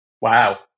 Wow